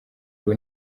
ubu